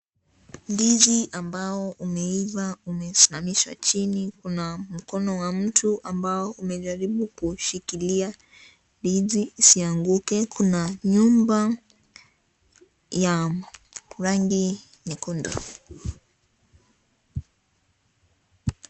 Ndizi ambao umeiva umezimamishwa chini. Kuna mkono wa mtu ambao umejaribu kushikilia ndizi isianguke. Kuna nyumba ya rangi nyekundu.